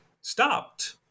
stopped